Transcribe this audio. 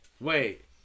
Wait